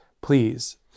please